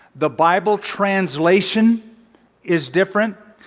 the bible translation is different.